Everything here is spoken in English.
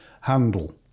handle